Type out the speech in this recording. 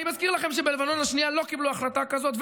אני מזכיר לכם שבלבנון השנייה לא קיבלו החלטה כזאת,